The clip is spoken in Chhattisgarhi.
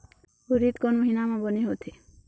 उरीद कोन महीना म बने होथे?